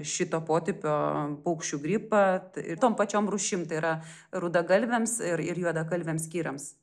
šito potipio paukščių gripą ir tom pačiom rūšim tai yra rudagalvėms ir ir juodagalviams kirams